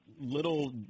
little